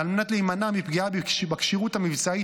ועל מנת להימנע מפגיעה בכשירות המבצעית